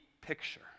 picture